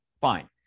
fine